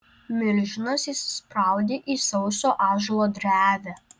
milžinas įsispraudė į sauso ąžuolo drevę